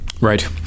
right